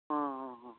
ಹಾಂ ಹಾಂ ಹಾಂ